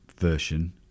version